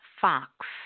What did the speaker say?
Fox